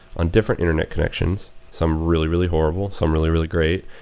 on different internet connections, some really, really horrible, some really, really great.